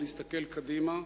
ולהסתכל קדימה,